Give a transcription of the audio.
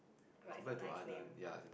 but it's a nice name